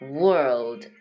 world